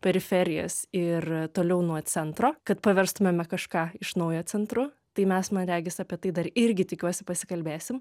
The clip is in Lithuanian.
periferijas ir toliau nuo centro kad paverstumėme kažką iš naujo centru tai mes man regis apie tai dar irgi tikiuosi pasikalbėsim